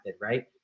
right